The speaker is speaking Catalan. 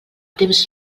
temps